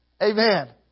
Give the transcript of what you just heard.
Amen